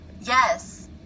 yes